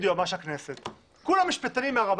בניגוד לתדמית שאולי לפעמים יש לנו,